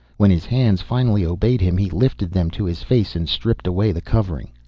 when his hands finally obeyed him he lifted them to his face and stripped away the covering,